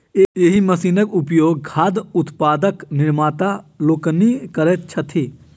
एहि मशीनक उपयोग खाद्य उत्पादक निर्माता लोकनि करैत छथि